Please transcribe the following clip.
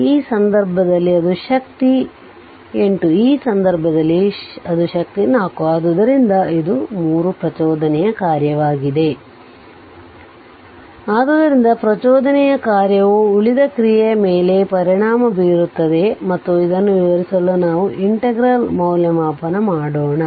ಈ ಸಂದರ್ಭದಲ್ಲಿ ಅದು ಶಕ್ತಿ 8 ಈ ಸಂದರ್ಭದಲ್ಲಿ ಅದು ಶಕ್ತಿ 4 ಆದ್ದರಿಂದ ಇದು 3 ಪ್ರಚೋದನೆಯ ಕಾರ್ಯವಾಗಿದೆ ಆದ್ದರಿಂದ ಪ್ರಚೋದನೆಯ ಕಾರ್ಯವು ಉಳಿದ ಕ್ರಿಯೆಯ ಮೇಲೆ ಪರಿಣಾಮ ಬೀರುತ್ತದೆ ಮತ್ತು ಇದನ್ನು ವಿವರಿಸಲು ನಾವು ಇಂಟೆಗ್ರೆಲ್ ಮೌಲ್ಯಮಾಪನ ಮಾಡೋಣ